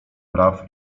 praw